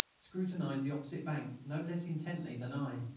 scrutinised the opposite bank no less intently than i.